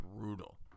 brutal